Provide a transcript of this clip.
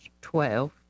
Twelve